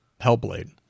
Hellblade